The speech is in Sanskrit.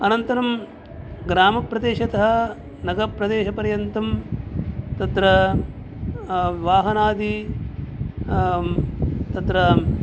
अनन्तरं ग्रामप्रदेशतः नगरप्रदेशपर्यन्तं तत्र वाहनादि तत्र